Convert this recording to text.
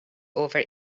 over